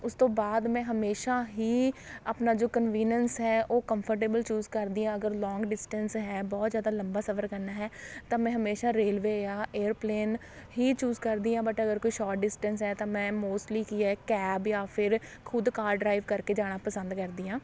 ਉਸ ਤੋਂ ਬਾਅਦ ਮੈਂ ਹਮੇਸ਼ਾ ਹੀ ਆਪਣਾ ਜੋ ਕਨਵੀਨੈਂਸ ਹੈ ਉਹ ਕੰਫਰਟੇਬਲ ਚੂਜ਼ ਕਰਦੀ ਹਾਂ ਅਗਰ ਲੋਂਗ ਡਿਸਟੈਂਸ ਹੈ ਬਹੁਤ ਜ਼ਿਆਦਾ ਲੰਬਾ ਸਫਰ ਕਰਨਾ ਹੈ ਤਾਂ ਮੈਂ ਹਮੇਸ਼ਾਂ ਰੇਲਵੇ ਜਾਂ ਏਅਰ ਪਲੇਨ ਹੀ ਚੂਜ਼ ਕਰਦੀ ਹਾਂ ਬਟ ਅਗਰ ਕੋਈ ਸ਼ੋਟ ਡਿਸਟੈਂਸ ਹੈ ਤਾਂ ਮੈਂ ਮੋਸਟਲੀ ਕੀ ਹੈ ਕੈਬ ਜਾਂ ਫਿਰ ਖੁਦ ਕਾਰ ਡਰਾਈਵ ਕਰਕੇ ਜਾਣਾ ਪਸੰਦ ਕਰਦੀ ਹਾਂ